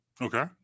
Okay